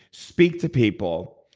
speak to people,